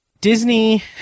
Disney